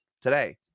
today